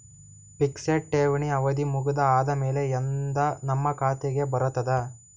Fixed ಠೇವಣಿ ಅವಧಿ ಮುಗದ ಆದಮೇಲೆ ಎಂದ ನಮ್ಮ ಖಾತೆಗೆ ಬರತದ?